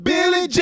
Billy